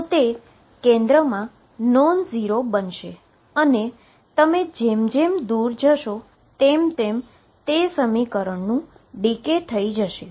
તો તે કેન્દ્રમાં નોનઝીરો બનશે અને તમે જેમ જેમ દૂર જશો તેમ તે ડીકે થઈ જશે